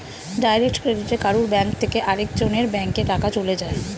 direct ক্রেডিটে কারুর bank থেকে আরেক জনের ব্যাংকে টাকা চলে যায়